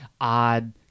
odd